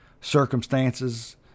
Circumstances